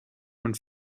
und